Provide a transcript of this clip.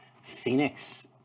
Phoenix